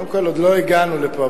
קודם כול, עוד לא הגענו לפה.